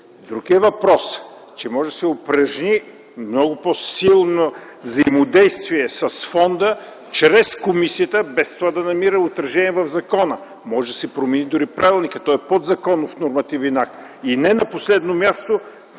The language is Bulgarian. Друг е въпросът, че може да се упражни много по-силно взаимодействие с фонда чрез комисията, без това да намира отражение в закона. Може да се промени дори правилникът. Той е подзаконов нормативен акт. Разбрах от